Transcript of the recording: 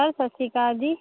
sir ਸਤਿ ਸ਼੍ਰੀ ਅਕਾਲ ਜੀ